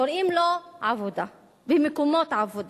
קוראים לו עבודה ומקומות עבודה.